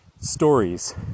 stories